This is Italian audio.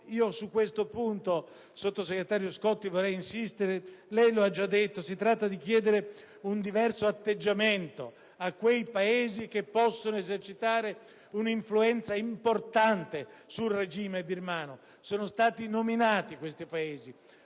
su questo punto, sottosegretario Scotti, vorrei insistere. Lei lo ha già detto; si tratta di chiedere un diverso atteggiamento a quei Paesi che possono esercitare un'influenza importante sul regime birmano; questi Paesi